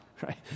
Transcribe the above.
right